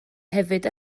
hefyd